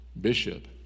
bishop